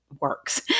works